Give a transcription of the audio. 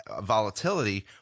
volatility